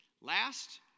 Last